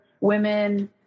women